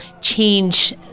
change